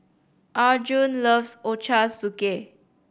Arjun loves Ochazuke